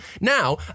Now